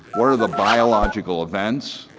one of the biological event,